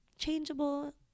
changeable